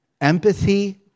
Empathy